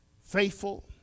faithful